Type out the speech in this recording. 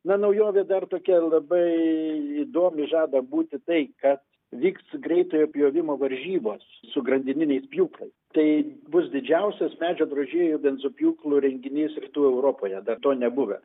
na naujovė dar tokia labai įdomi žada būti tai kad vyks greitojo pjovimo varžybos su grandininiais pjūklais tai bus didžiausias medžio drožėjų benzopjūklu renginys rytų europoje dar to nebuvę